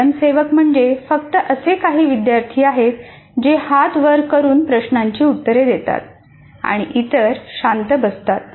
स्वयंसेवक म्हणजे फक्त असे काही विद्यार्थी आहेत जे हात वर करून प्रश्नांची उत्तरे देतात आणि इतर शांत बसतात